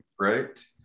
Right